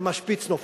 גם השפיץ נופל,